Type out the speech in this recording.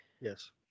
Yes